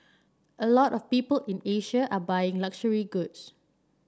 a lot of people in Asia are buying luxury goods